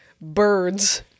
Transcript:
birds